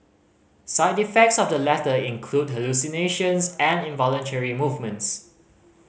side effects of the latter include hallucinations and involuntary movements